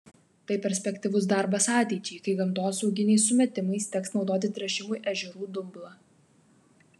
tai perspektyvus darbas ateičiai kai gamtosauginiais sumetimais teks naudoti tręšimui ežerų dumblą